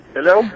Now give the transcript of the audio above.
Hello